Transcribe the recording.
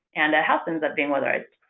and a house ends up being weatherized.